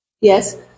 Yes